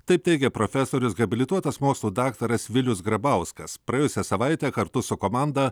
taip teigia profesorius habilituotas mokslų daktaras vilius grabauskas praėjusią savaitę kartu su komanda